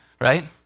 Right